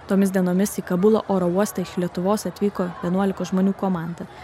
tomis dienomis į kabulo oro uostą iš lietuvos atvyko vienuolikos žmonių komanda